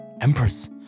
Empress